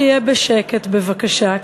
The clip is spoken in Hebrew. שיהיה בשקט בבקשה.